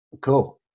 Cool